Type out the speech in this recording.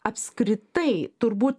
apskritai turbūt